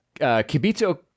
Kibito